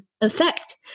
effect